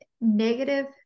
Negative